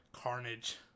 carnage